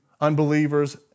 unbelievers